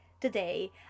today